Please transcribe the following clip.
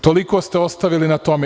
Toliko ste ostavili na tome.